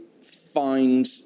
find